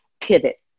pivot